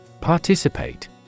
Participate